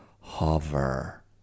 Hover